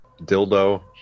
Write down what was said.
Dildo